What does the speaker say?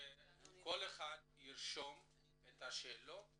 100% פעולות בוצעו.